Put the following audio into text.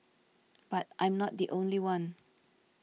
but I'm not the only one